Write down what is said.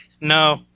No